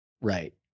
Right